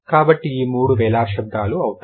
కాబట్టి ఈ మూడు వేలార్ శబ్దాలు అవుతాయి